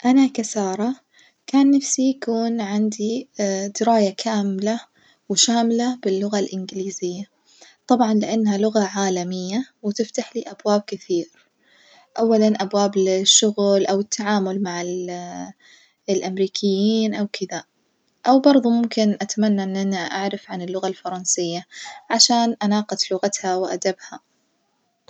أنا كسارة كان نفسي يكون عندي دراية كاملة وشاملة باللغة الإنجليزية، طبعًا لأنها لغة عالمية وتفتحلي أبواب كثير، أولاً أبواب للشغل أو التعامل مع ال الأمريكيين أو كدة، أو برظه ممكن أتمنى إن أنا أعرف عن اللغة الفرنسية عشان أناقش لغتها وأدبها.